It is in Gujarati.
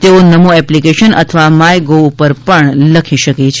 તેઓ નમો એપ્લિકેશન અથવા માયગોવ પર પણ લખી શકે છે